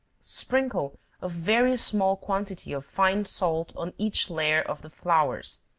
sprinkle a very small quantity of fine salt on each layer of the flowers,